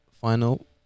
final